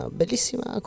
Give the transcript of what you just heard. bellissima